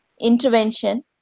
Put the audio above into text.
intervention